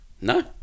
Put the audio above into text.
no